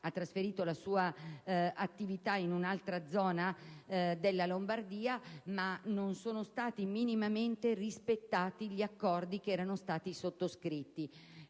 ha trasferito la sua attività in un'altra zona della Lombardia, ma non sono stati minimamente rispettati gli accordi che erano stati sottoscritti.